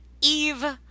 Eve